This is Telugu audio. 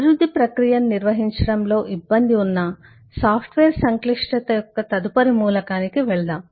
అభివృద్ధి ప్రక్రియను నిర్వహించడంలో ఇబ్బంది ఉన్న సాఫ్ట్వేర్ సంక్లిష్టత యొక్క తదుపరి మూలకానికి వెళ్దాం